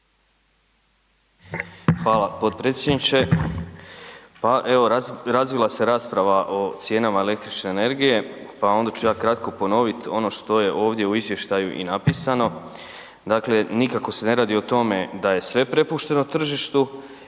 Hvala potpredsjedniče. Pa evo razvila se rasprava o cijenama električne energije pa onda ću ja kratko ponoviti ono što je ovdje u izvještaju i napisano. Dakle nikako se ne radi o tome da je sve prepušteno tržištu,